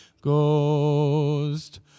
Ghost